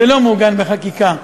זה לא מעוגן בחקיקה,